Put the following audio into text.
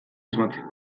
asmatzeko